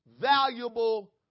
valuable